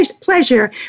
pleasure